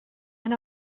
and